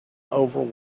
over